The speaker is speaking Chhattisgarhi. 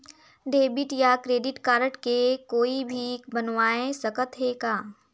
डेबिट या क्रेडिट कारड के कोई भी बनवाय सकत है का?